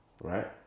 right